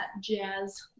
jazz